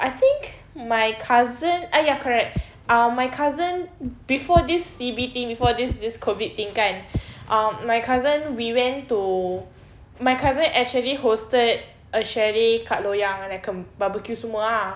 I think my cousins !aiya! correct my cousin ah my cousin before this C_B thing before this COVID thing kan uh my cousin we went to my cousin actually hosted a chalet kat loyang like a B_B_Q semua ah